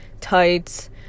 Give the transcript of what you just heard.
tights